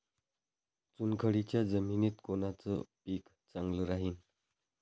चुनखडीच्या जमिनीत कोनचं पीक चांगलं राहीन?